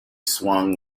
swung